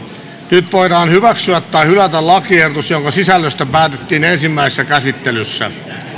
nyt voidaan hyväksyä tai hylätä lakiehdotus jonka sisällöstä päätettiin ensimmäisessä käsittelyssä